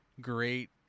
great